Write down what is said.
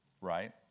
right